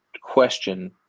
question